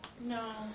No